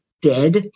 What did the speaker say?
dead